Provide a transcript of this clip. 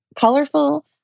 colorful